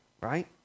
right